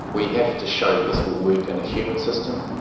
we have to show that this will work in a human system,